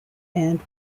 and